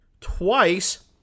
twice